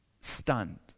stunned